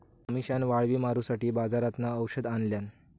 अमिशान वाळवी मारूसाठी बाजारातना औषध आणल्यान